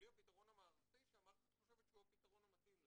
בלי הפתרון המערכתי שהמערכת חושבת שהוא הפתרון המתאים להם.